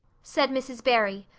said mrs. barry,